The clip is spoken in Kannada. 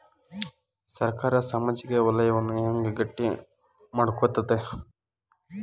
ಸರ್ಕಾರಾ ಸಾಮಾಜಿಕ ವಲಯನ್ನ ಹೆಂಗ್ ಗಟ್ಟಿ ಮಾಡ್ಕೋತದ?